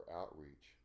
outreach